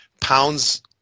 pounds